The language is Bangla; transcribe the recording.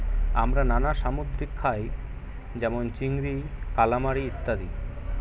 আমরা নানা সামুদ্রিক খাই যেমন চিংড়ি, কালামারী ইত্যাদি